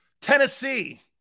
Tennessee